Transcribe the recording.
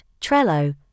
trello